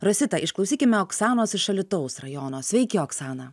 rosita išklausykime oksanos iš alytaus rajono sveiki oksana